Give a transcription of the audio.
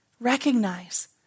Recognize